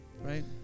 right